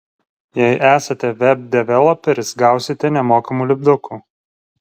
jei esate web developeris gausite nemokamų lipdukų